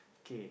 okay